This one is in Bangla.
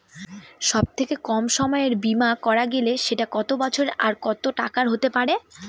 সব থেকে কম সময়ের বীমা করা গেলে সেটা কত বছর আর কত টাকার হতে পারে?